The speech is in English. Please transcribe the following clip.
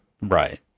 Right